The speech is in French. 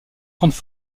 grandes